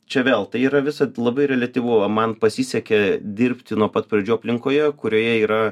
čia vėl tai yra visad labai reliatyvu o man pasisekė dirbti nuo pat pradžių aplinkoje kurioje yra